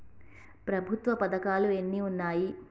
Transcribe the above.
ప్రభుత్వ పథకాలు ఎన్ని ఉన్నాయి?